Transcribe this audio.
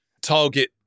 target